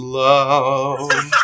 love